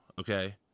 okay